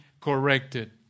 corrected